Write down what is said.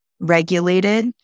regulated